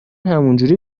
همینجوری